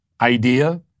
idea